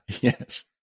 Yes